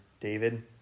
david